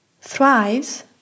thrives